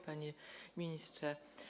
Panie Ministrze!